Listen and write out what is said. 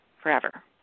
forever